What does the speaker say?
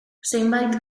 zenbait